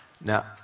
Now